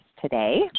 today